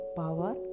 power